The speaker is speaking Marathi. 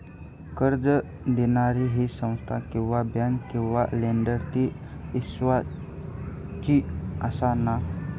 कर्ज दिणारी ही संस्था किवा बँक किवा लेंडर ती इस्वासाची आसा मा?